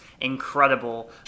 incredible